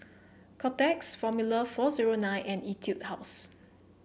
Kotex Formula four zero nine and Etude House